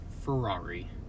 Ferrari